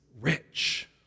rich